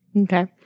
Okay